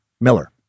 Miller